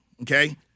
Okay